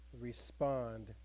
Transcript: respond